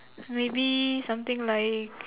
maybe something like